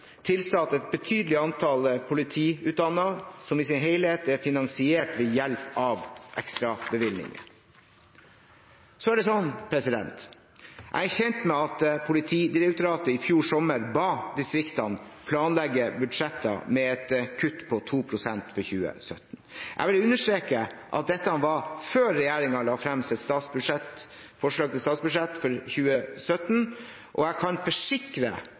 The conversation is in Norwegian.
tilsatt et betydelig antall politiutdannede som i sin helhet er finansiert ved hjelp av ekstrabevilgningen. Jeg er kjent med at Politidirektoratet i fjor sommer ba distriktene planlegge budsjettene med et kutt på 2 pst. for 2017. Jeg vil understreke at dette var før regjeringen la fram sitt forslag til statsbudsjett for 2017, og jeg kan forsikre